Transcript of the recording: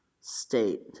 state